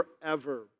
forever